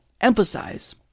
emphasize